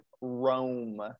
Rome